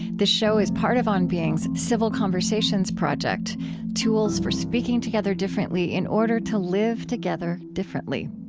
this show is part of on being's civil conversations project tools for speaking together differently in order to live together differently.